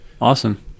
awesome